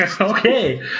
okay